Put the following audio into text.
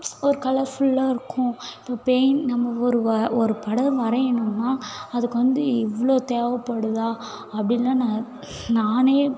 ஒரு கலர்ஃபுல்லாக இருக்கும் இப்போ பெயிண் நம்ம ஒரு ஒரு படம் வரையணும்னா அதுக்கு வந்து இவ்வளோ தேவைப்படுதா அப்படின்லாம் நான் நானே